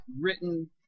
written